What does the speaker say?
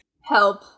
Help